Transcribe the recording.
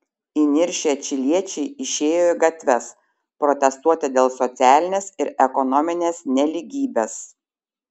įniršę čiliečiai išėjo į gatves protestuoti dėl socialinės ir ekonominės nelygybės